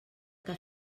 que